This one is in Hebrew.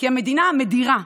כי המדינה מדירה,